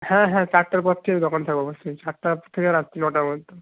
হ্যাঁ হ্যাঁ চারটের পর থেকে দোকানে থাকবো অবশ্যই সাতটা থেকে রাত্রি নটা পর্যন্ত